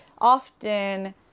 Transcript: often